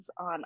on